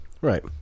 Right